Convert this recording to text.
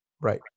Right